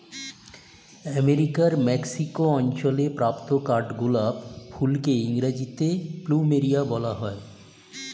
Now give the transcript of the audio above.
আমেরিকার মেক্সিকো অঞ্চলে প্রাপ্ত কাঠগোলাপ ফুলকে ইংরেজিতে প্লুমেরিয়া বলা হয়